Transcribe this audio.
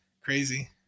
crazy